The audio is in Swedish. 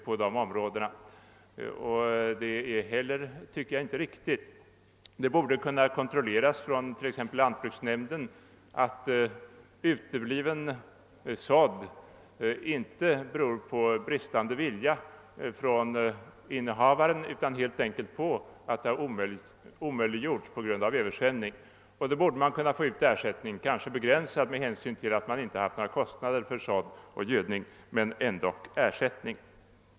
Jag tycker inte att detta är riktigt. Lantbruksnämnden borde kunna kontrollera att utebliven sådd inte beror på bristande vilja från markinnehavaren utan helt enkelt på att sådden omöjliggjorts på grund av översvämning. Man borde då kunna få ut ersättning även om den begränsas med hänsyn till att man inte haft några kostnader för utsäde eller gödning.